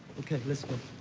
ok, let's go.